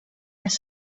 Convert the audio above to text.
has